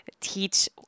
teach